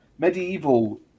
Medieval